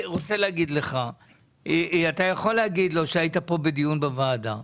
אתה יכול להגיד לו שהיית פה בדיון בוועדה.